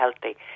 healthy